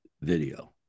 video